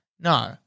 no